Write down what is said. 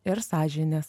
ir sąžinės